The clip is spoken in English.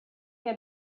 had